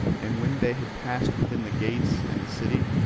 and when they had passed within the gates and the city,